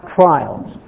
trials